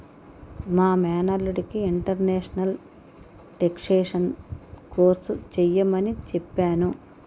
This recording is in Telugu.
మా మేనల్లుడికి ఇంటర్నేషనల్ టేక్షేషన్ కోర్స్ చెయ్యమని చెప్పాను